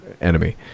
enemy